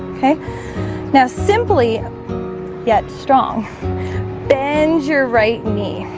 okay now simply get strong bend your right knee